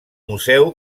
museu